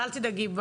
אל תדאגי,